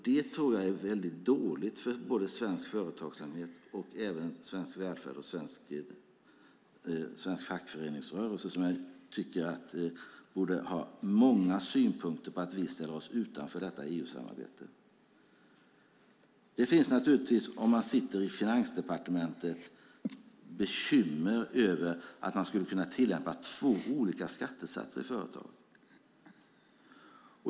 Det tror jag är väldigt dåligt både för svensk företagsamhet, svensk välfärd och svensk fackföreningsrörelse som jag tycker borde ha många synpunkter på att vi ställer oss utanför detta EU-samarbete. Om man sitter på Finansdepartementet finns det naturligtvis bekymmer över att man skulle kunna tillämpa två olika skattesatser i företag.